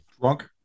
Drunk